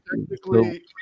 technically